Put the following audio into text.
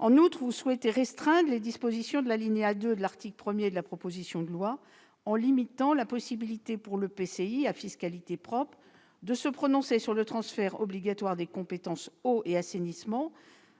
En outre, vous souhaitez restreindre les dispositions de l'alinéa 2 de l'article 1 de la proposition de loi en limitant la possibilité pour l'EPCI à fiscalité propre de se prononcer sur le transfert obligatoire des compétences « eau » et « assainissement »